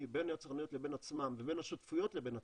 בין היצרניות לבין עצמן ובין השותפויות לבין עצמן,